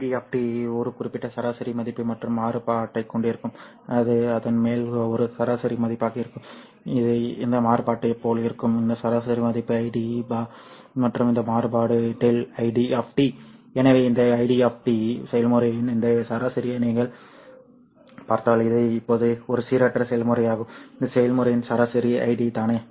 இந்த Id ஒரு குறிப்பிட்ட சராசரி மதிப்பு மற்றும் மாறுபாட்டைக் கொண்டிருக்கும் அது அதன் மேல் ஒரு சராசரி மதிப்பாக இருக்கும் இது இந்த மாறுபாட்டைப் போல இருக்கும் இந்த சராசரி மதிப்பு Id பார் மற்றும் இந்த மாறுபாடு Δ Id எனவே இந்த Id செயல்முறையின் இந்த சராசரியை நீங்கள் பார்த்தால் இது இப்போது ஒரு சீரற்ற செயல்முறையாகும் இந்த செயல்முறையின் சராசரி Id தானே